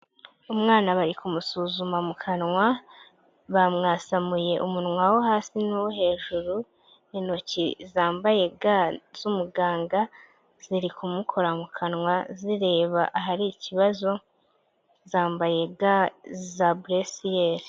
Umwana bari kumusuzuma mu kanwa bamwasamuye umunwa wo hasi nuwo hejuru, intoki zambaye ga z'umuganga ziri kumukora mu kanwa zireba ahari ikibazo, zambaye ga za buresiyeri.